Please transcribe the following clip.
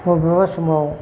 बबेबा समाव